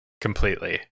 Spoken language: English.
completely